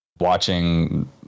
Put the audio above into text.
Watching